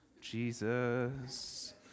Jesus